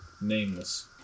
Nameless